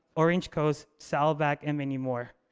orange coast, salvac and many more.